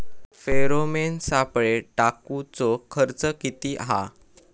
Pheromone सापळे टाकूचो खर्च किती हा?